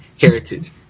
heritage